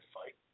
fight